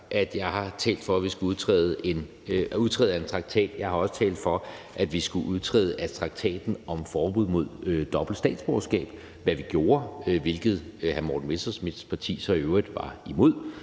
jeg har talt for, at vi skulle udtræde af en traktat. Jeg har også talt for, at vi skulle udtræde af traktaten om forbud mod dobbelt statsborgerskab, hvad vi gjorde, hvilket hr. Morten Messerschmidts parti så i øvrigt var imod.